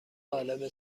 قالب